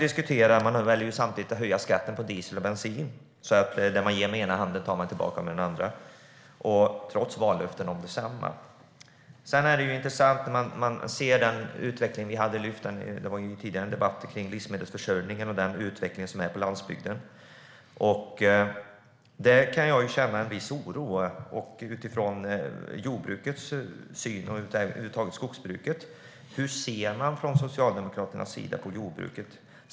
Men man väljer samtidigt att höja skatten på diesel och bensin, så det man ger med ena handen tar man tillbaka med den andra, trots vallöften. Det var tidigare en debatt om livsmedelsförsörjningen och den utveckling som är på landsbygden. Där kan jag känna en viss oro utifrån jordbruket och skogsbruket. Hur ser man från Socialdemokraternas sida på jordbruket?